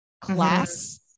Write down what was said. class